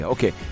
Okay